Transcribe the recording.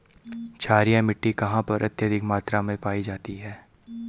क्षारीय मिट्टी कहां पर अत्यधिक मात्रा में पाई जाती है?